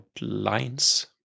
lines